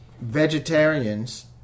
Vegetarians